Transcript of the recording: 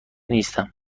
نیستم